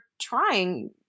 trying